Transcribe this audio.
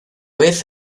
vez